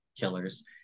killers